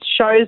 shows